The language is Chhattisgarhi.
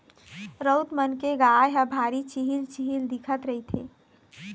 राउत मन के गाय ह भारी छिहिल छिहिल दिखत रहिथे